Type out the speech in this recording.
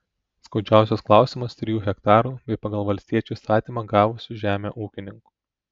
skaudžiausias klausimas trijų hektarų bei pagal valstiečių įstatymą gavusių žemę ūkininkų